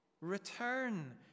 Return